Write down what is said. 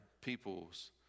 people's